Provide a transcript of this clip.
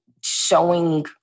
showing